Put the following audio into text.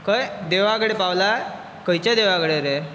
खंय देवळा कडे पावलाय खंयच्या देवळा कडेन रे